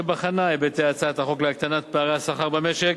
ואשר בחנה את היבטי הצעת החוק להקטנת פערי השכר במשק.